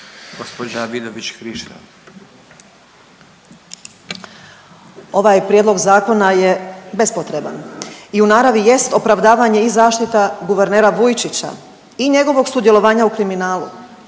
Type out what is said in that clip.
Karolina (OIP)** Ovaj prijedlog zakona je bespotreban i u naravi jest opravdavanje i zaštita guvernera Vujčića i njegovog sudjelovanja u kriminalu.